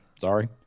Sorry